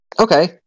Okay